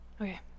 okay